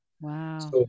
wow